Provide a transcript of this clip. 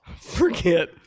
forget